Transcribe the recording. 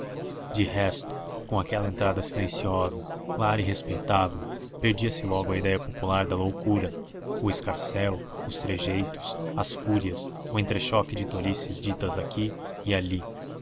de resto com aquela entrada silenciosa clara e respeitável perdia-se logo a idéia popular da loucura o escarcéu os trejeitos as fúrias o entrechoque de tolices ditas aqui e ali